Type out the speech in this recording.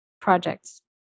projects